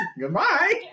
Goodbye